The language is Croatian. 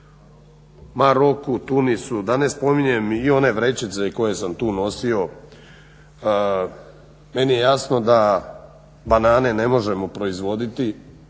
Maroku, Tunisu da ne spominjem i one vrećice koje sam tu nosio. Meni je jasno da banane ne možemo proizvoditi,